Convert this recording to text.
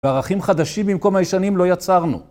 וערכים חדשים במקום הישנים לא יצרנו.